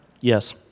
Yes